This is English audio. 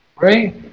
right